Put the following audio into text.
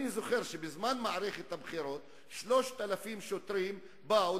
אני זוכר שבזמן מערכת הבחירות 3,000 שוטרים באו